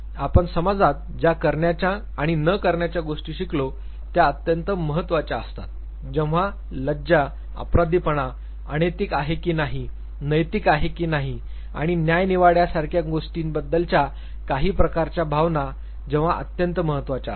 आपण समाजात ज्या करण्याच्या आणि न करण्याच्या गोष्टी शिकलो त्या अत्यंत महत्त्वाच्या असतात जेव्हा लज्जा अपराधीपणा अनैतिक आहे की नाही नैतिक आहे की नाही आणि न्यायनिवाड्यासारख्या गोष्टींबद्दलच्या काही प्रकारच्या भावना जेव्हा अत्यंत महत्त्वाच्या असतात